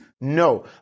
No